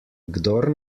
kdor